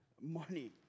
money